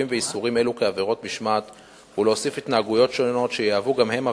אשר מתנהגים באופן לא הולם כלפי צרכנים,